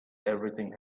everything